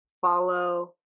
follow